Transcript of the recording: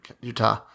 Utah